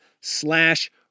slash